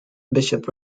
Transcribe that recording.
bishop